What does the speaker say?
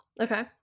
Okay